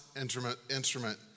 instrument